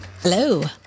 Hello